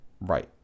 right